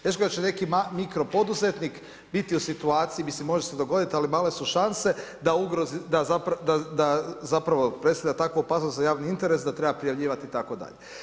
Teško da će neki mali mikro poduzetnik, biti u situaciji, mislim može se dogoditi, ali male su šanse, da ugrozi, da zapravo predstavlja takvu opasnost za javni interes, da treba prijavljivati itd.